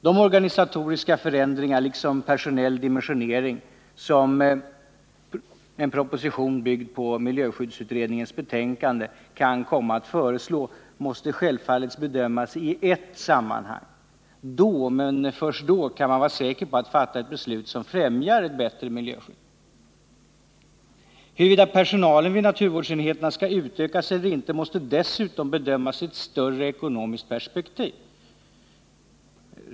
De organisatoriska förändringar liksom personell dimensionering som en proposition byggd på miljöskyddsutredningens betänkande kan komma att föreslå måste självfallet bedömas i ett sammanhang. Då, men först då, kan man vara säker på att fatta ett beslut som främjar ett bättre miljöskydd. Huruvida personalen vid naturvårdsenheterna skall utökas eller inte måste dessutom bedömas i ett större ekonomiskt perspektiv.